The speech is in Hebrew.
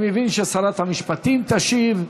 אני מבין ששרת המשפטים תשיב.